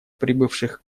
прибывших